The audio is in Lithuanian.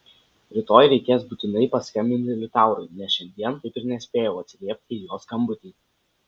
rytoj reikės būtinai paskambinti liutaurui nes šiandien taip ir nespėjau atsiliepti į jo skambutį